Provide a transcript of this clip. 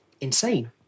insane